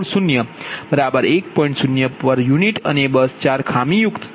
u અને બસ 4 ખામીયુક્ત છે